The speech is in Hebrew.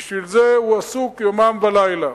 בשביל זה הוא עסוק יומם ולילה.